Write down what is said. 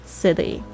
city 。